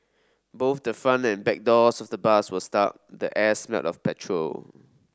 both the front and back doors of the bus were stuck the air smelled of petrol